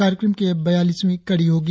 कार्यक्रम की यह बयालीसवीं कड़ी होगी